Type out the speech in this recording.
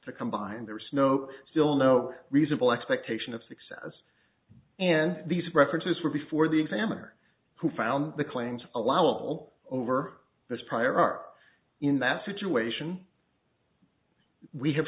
to come by and there is no still no reasonable expectation of success and these references were before the examiner who found the claims allowable over his prior are in that situation we have